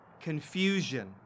confusion